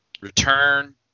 Return